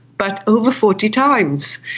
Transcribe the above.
but over forty times?